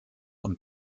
und